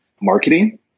marketing